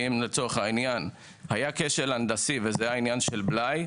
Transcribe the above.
אם לצורך העניין זה היה כשל הנדסי שיצר בלאי,